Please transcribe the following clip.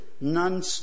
None